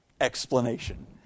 explanation